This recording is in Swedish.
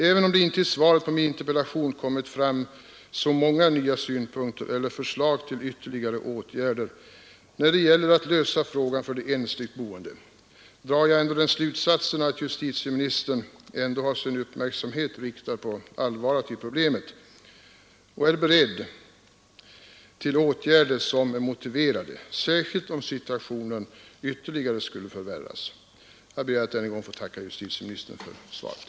Även om det inte i svaret på min interpellation kommit fram så många nya synpunkter eller förslag till ytterligare åtgärder när det gäller att lösa frågan för de ensligt boende drar jag ändå den slutsatsen att justitieministern har sin uppmärksamhet riktad på allvaret i problemet och är beredd att vidta åtgärder som är motiverade, särskilt om situationen ytterligare skulle förvärras. Jag ber att än en gång få tacka justitieministern för svaret.